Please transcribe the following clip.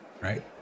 right